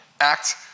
act